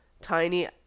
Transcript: Tiny